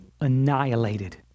annihilated